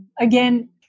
Again